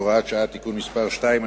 הוראת שעה) (תיקון מס' 2),